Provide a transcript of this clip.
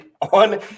on